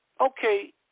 Okay